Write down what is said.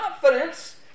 confidence